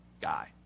guy